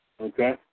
Okay